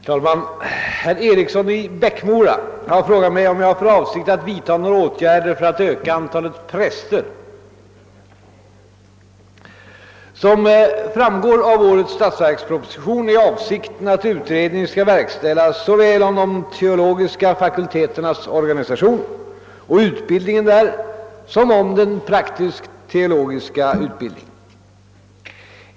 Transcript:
Herr talman! Herr Eriksson i Bäckmora har frågat mig om jag har för avsikt att vidta några åtgärder för att öka antalet präster. Som framgår av årets statsverksproposition är avsikten att utredning skall verkställas såväl om de teologiska fakulteternas organisation och utbildningen där som om den praktisk-teologiska utbildningen.